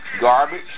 garbage